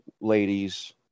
ladies